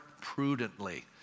prudently